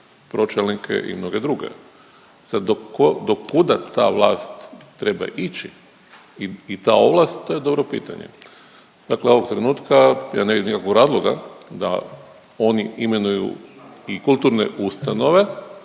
pročelnike i mnoge druge. Sad do kuda ta vlast treba ići i ta ovlast to je dobro pitanje. Dakle, ovog trenutka ja ne vidim nikakvog razloga da oni imenuju i kulturne ustanove